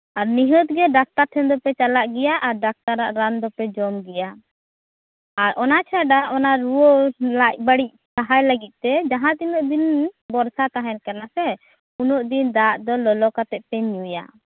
ᱟᱨ ᱱᱤᱦᱟᱹᱛ ᱜᱮ ᱰᱟᱠᱴᱟᱨ ᱴᱷᱮᱱ ᱫᱚᱯᱮ ᱪᱟᱞᱟᱜ ᱜᱮᱭᱟ ᱟᱨ ᱰᱟᱠᱴᱟᱨᱟᱜ ᱨᱟᱱ ᱫᱚᱯᱮ ᱡᱚᱢ ᱜᱮᱭᱟ ᱟᱨ ᱚᱱᱟ ᱪᱷᱟᱰᱟ ᱚᱱᱟ ᱨᱩᱣᱟᱹ ᱞᱟᱡ ᱵᱟᱹᱲᱤᱡ ᱥᱟᱦᱟᱭ ᱞᱟᱹᱜᱤᱫ ᱛᱮ ᱡᱟᱦᱟᱸ ᱛᱤᱱᱟᱹᱜ ᱫᱤᱱ ᱵᱚᱨᱥᱟ ᱛᱟᱦᱮᱱ ᱠᱟᱱᱟ ᱥᱮ ᱩᱱᱟᱹᱜ ᱫᱤᱱ ᱫᱟᱜ ᱫᱚ ᱞᱚᱞᱚ ᱠᱟᱛᱮᱜ ᱯᱮ ᱧᱩᱭᱟ